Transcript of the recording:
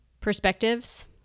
perspectives